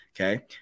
Okay